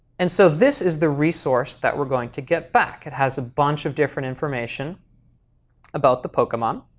and so this is the resource that we're going to get back. it has a bunch of different information about the pokemon.